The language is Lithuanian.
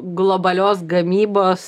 globalios gamybos